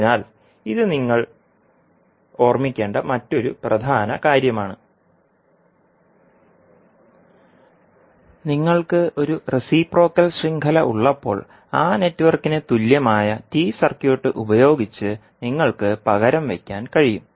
അതിനാൽ ഇത് നിങ്ങൾ ഓർമ്മിക്കേണ്ട മറ്റൊരു പ്രധാന കാര്യമാണ് നിങ്ങൾക്ക് ഒരു റെസിപ്രോക്കൽ ശൃംഖല ഉള്ളപ്പോൾ ആ നെറ്റ്വർക്കിന് തുല്യമായ T സർക്യൂട്ട് ഉപയോഗിച്ച് നിങ്ങൾക്ക് പകരം വയ്ക്കാൻ കഴിയും